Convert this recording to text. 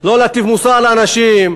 לא להטיף מוסר לאנשים,